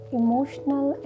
emotional